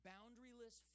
Boundaryless